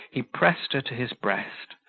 he pressed her to his breast,